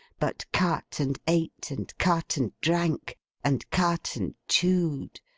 but cut and ate, and cut and drank and cut and chewed,